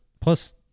plus